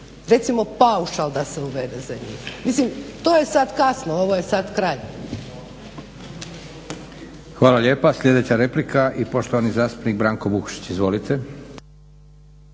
Recimo paušal da se uvede za njih. Mislim to je sada kasno, ovo je sada kraj. **Leko, Josip (SDP)** Hvala lijepa. Sljedeća replika i poštovani zastupnik Branko Vukšić. Izvolite.